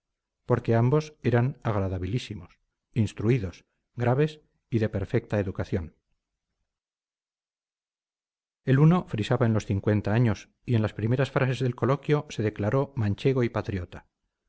porque ambos eran agradabilísimos instruidos graves y de perfecta educación el uno frisaba en los cincuenta años y en las primeras frases del coloquio se declaró manchego y patriota